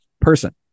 person